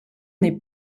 n’est